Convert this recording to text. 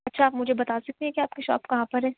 اچھا آپ مجھے بتا سکتی ہیں کہ آپ کی شاپ کہاں پر ہے